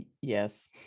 yes